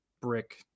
brick